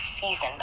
season